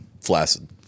Flaccid